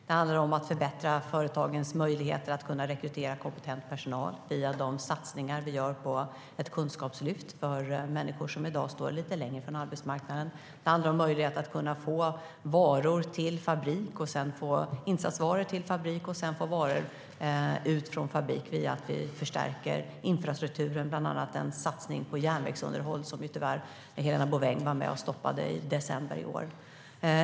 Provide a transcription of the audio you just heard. Det handlar om att förbättra företagens möjligheter att rekrytera kompetent personal via de satsningar som görs på ett kunskapslyft för människor som i dag står lite längre från arbetsmarknaden. Det handlar om att få insatsvaror till fabrik och sedan få varor ut från fabrik med hjälp av förstärkt infrastruktur, bland annat i form av en satsning på järnvägsunderhåll - som tyvärr Helena Bouveng var med och stoppade i december.